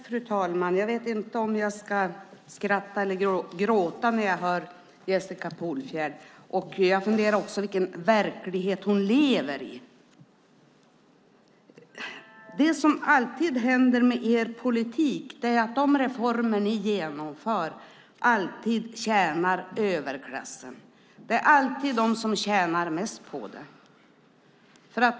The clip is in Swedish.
Fru talman! Jag vet inte om jag ska skratta eller gråta när jag hör Jessica Polfjärd. Jag funderar också på vilken verklighet hon lever i. Det som alltid händer med er politik är att de reformer ni genomför tjänar överklassen. Det är alltid de som tjänar mest på dem.